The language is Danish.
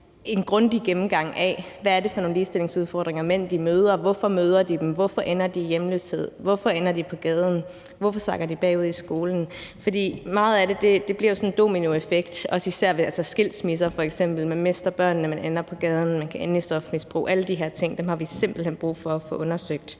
en grundig gennemgang af, hvad det er for nogle ligestillingsudfordringer, mænd møder, hvorfor de møder dem, hvorfor de ender i hjemløshed, hvorfor de ender på gaden, hvorfor de sakker bagud i skolen. For i forbindelse med meget af det er der tale om sådan en dominoeffekt, f.eks. i forbindelse med skilsmisser, hvor man mister børnene, kan ende på gaden og kan ende i stofmisbrug. Alle de her ting har vi simpelt hen brug for at få undersøgt